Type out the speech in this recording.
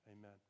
Amen